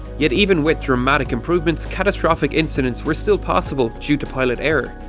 yet even with dramatic improvements, catastrophic incidents were still possible due to pilot error.